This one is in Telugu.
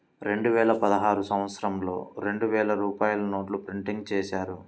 రెండువేల పదహారు సంవత్సరంలో రెండు వేల రూపాయల నోట్లు ప్రింటు చేశారు